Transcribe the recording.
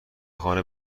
خانه